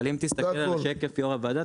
אבל אם תסתכל על השקף יו"ר הוועדה,